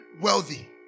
wealthy